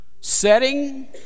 setting